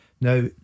Now